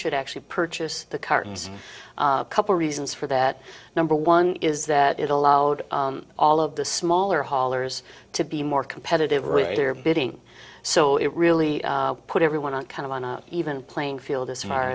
should actually purchase the cartons a couple reasons for that number one is that it allowed all of the smaller haulers to be more competitive regular bidding so it really put everyone on kind of an even playing field as far